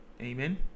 amen